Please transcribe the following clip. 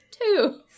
two